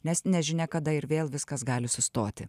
nes nežinia kada ir vėl viskas gali sustoti